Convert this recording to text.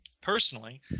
Personally